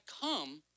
come